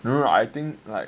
no no no I think like